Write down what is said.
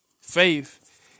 faith